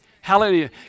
Hallelujah